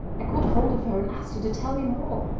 i caught hold of her and asked her to tell me more.